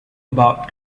about